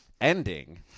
ending